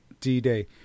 D-Day